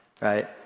Right